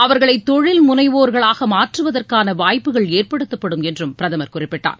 அவர்களை தொழில் முனைவோர்களாக மாற்றுவதற்கான வாய்ப்புகள் ஏற்படுத்தப்படும் என்றும் பிரதமர் குறிப்பிட்டார்